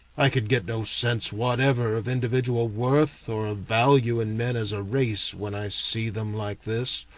i can get no sense whatever of individual worth, or of value in men as a race, when i see them like this.